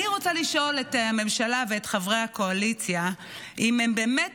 ואני רוצה לשאול את הממשלה ואת חברי הקואליציה אם הם באמת